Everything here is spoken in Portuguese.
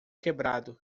quebrado